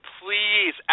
please